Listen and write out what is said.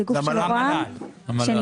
זה